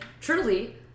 truly